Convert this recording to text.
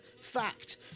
Fact